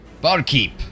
Barkeep